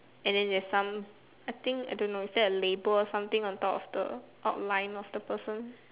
and then there's some I think I don't know is there a label or something on top of the outline of the person